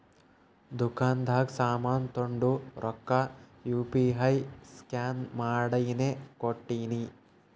ದುಕಾಂದಾಗ್ ಸಾಮಾನ್ ತೊಂಡು ರೊಕ್ಕಾ ಯು ಪಿ ಐ ಸ್ಕ್ಯಾನ್ ಮಾಡಿನೇ ಕೊಟ್ಟಿನಿ